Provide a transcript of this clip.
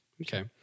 Okay